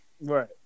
Right